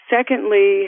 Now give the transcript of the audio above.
Secondly